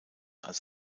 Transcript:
als